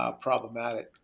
problematic